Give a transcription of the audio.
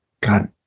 God